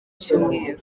cyumweru